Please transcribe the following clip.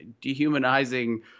dehumanizing